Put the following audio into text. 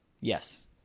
Yes